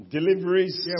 Deliveries